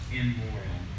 immoral